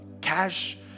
cash